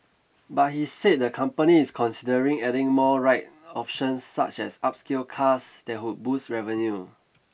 but he said the company is considering adding more ride options such as upscale cars that would boost revenue